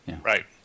Right